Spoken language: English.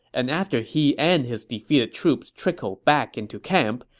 and after he and his defeated troops trickled back into camp,